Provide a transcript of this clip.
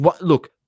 Look